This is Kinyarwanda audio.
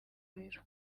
biro